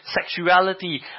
sexuality